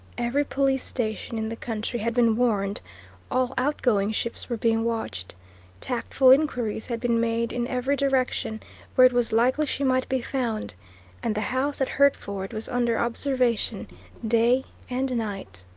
every police station in the country had been warned all outgoing ships were being watched tactful inquiries had been made in every direction where it was likely she might be found and the house at hertford was under observation day and night.